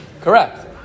Correct